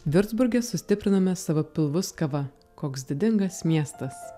viurcburge sustiprinome savo pilvus kava koks didingas miestas